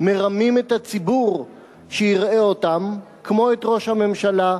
מרמים את הציבור שיראה אותם, כמו את ראש הממשלה,